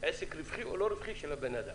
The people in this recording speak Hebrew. עסק רווחי או לא רווחי של הבן אדם.